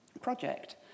project